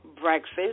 breakfast